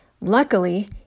Luckily